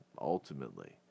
Ultimately